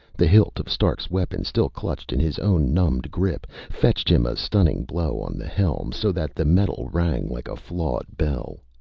the hilt of stark's weapon, still clutched in his own numbed grip, fetched him a stunning blow on the helm, so that the metal rang like a flawed bell.